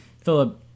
Philip